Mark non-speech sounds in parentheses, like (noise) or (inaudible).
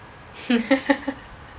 (laughs)